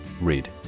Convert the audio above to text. Read